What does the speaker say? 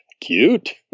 cute